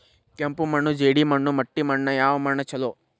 ಕೆಂಪು ಮಣ್ಣು, ಜೇಡಿ ಮಣ್ಣು, ಮಟ್ಟಿ ಮಣ್ಣ ಯಾವ ಮಣ್ಣ ಛಲೋ?